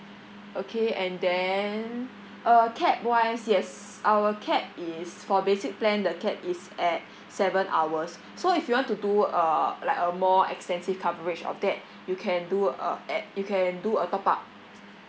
okay and then uh cap wise yes our cap is for basic plan the cap is at seven hours so if you want to do uh like a more extensive coverage of that you can do uh add you can do a top up